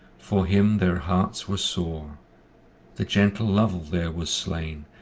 for him their hearts were sore the gentle lovel there was slain,